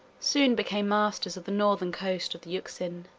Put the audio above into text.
soon became masters of the northern coast of the euxine